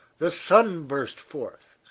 the sun burst forth,